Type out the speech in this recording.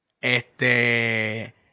Este